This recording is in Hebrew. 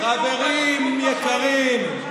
חברים יקרים,